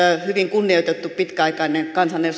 kunnioitettu pitkäaikainen kansanedustaja